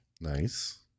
Nice